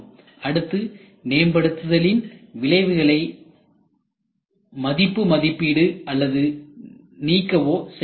அடுத்து மேம்படுத்துதல் இன் விளைவுகளை மதிப்பு மதிப்பீடு அல்லது நீக்கவோ செய்ய வேண்டும்